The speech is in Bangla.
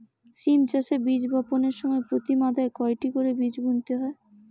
সিম চাষে বীজ বপনের সময় প্রতি মাদায় কয়টি করে বীজ বুনতে হয়?